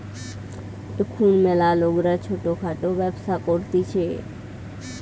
এখুন ম্যালা লোকরা ছোট খাটো ব্যবসা করতিছে